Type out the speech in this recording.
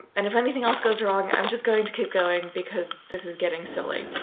and if anything else goes wrong, i'm just going to keep going because this is getting silly.